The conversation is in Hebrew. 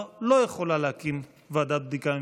לא יכולה להקים ועדת בדיקה ממשלתית.